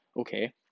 okay